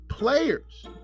players